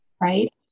right